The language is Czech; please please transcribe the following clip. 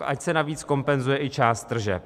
Ať se navíc kompenzuje i část tržeb.